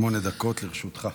שמונה דקות לרשותך.